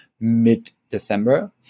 mid-December